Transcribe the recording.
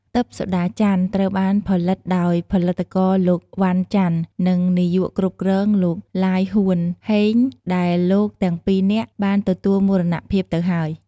ទិព្វសូដាច័ន្ទ ត្រូវបានផលិតដោយផលិតករលោក វណ្ណ ចន្ទ និងនាយកគ្រប់គ្រងលោក ឡាយហួន ហេង ដែលលោកទាំងពីរនាក់បានទទួលមរណភាពទៅហើយ។